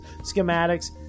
schematics